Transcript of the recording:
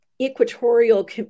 equatorial